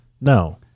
No